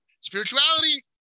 Spirituality